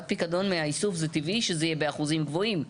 פיקדון מהאיסוף זה טבעי שזה יהיה באחוזים גבוהים,